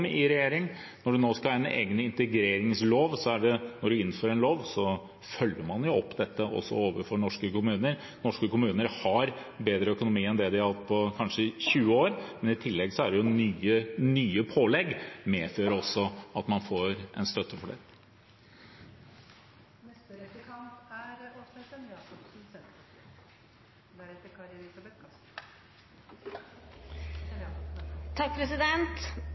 i regjering. Nå skal vi ha en egen integreringslov – og når man innfører en lov, så følger man jo opp dette også overfor norske kommuner. Norske kommuner har bedre økonomi enn det de har hatt på kanskje tjue år, men i tillegg er det nye pålegg, og det medfører også at man får en støtte til det. Representanten Elvestuen er